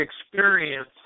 experience